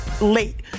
late